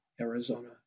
Arizona